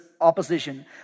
opposition